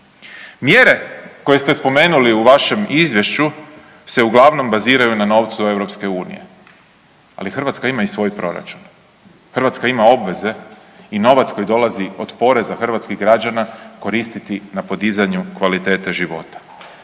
Mjere koje ste spomenuli u vašem izvješću se uglavnom baziraju na novcu EU-a. Ali Hrvatska ima i svoj proračun. Hrvatska ima obveze i novac koji dolazi od poreza hrvatskih građana koristiti na podizanju kvalitete života.